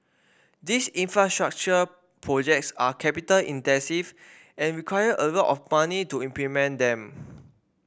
these infrastructure projects are capital intensive and require a lot of money to implement them